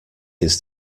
his